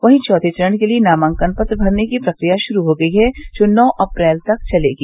वहीं चौथे चरण के लिये नामंकन पत्र भरने की प्रक्रिया शुरू हो गई है जो नौ अप्रैल तक चलेगी